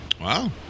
Wow